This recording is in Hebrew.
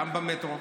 גם במטרו,